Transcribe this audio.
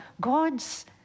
God's